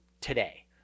today